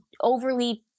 overly